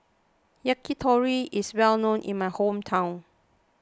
Yakitori is well known in my hometown